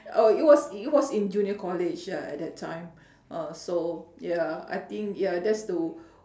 oh it was it was in junior college ya at that time uh so ya I think ya that's to